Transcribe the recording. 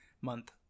month